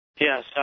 Yes